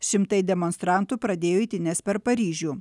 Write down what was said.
šimtai demonstrantų pradėjo eitynes per paryžių